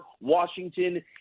Washington